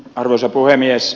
arvoisa puhemies